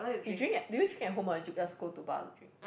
you drink at do you drink at home or just go to bar to drink